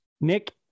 Nick